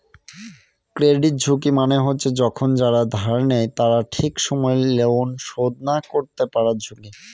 credit ঝুঁকি মানে হচ্ছে যখন যারা ধার নেয় তারা ঠিক সময় লোন শোধ না করতে পারার ঝুঁকি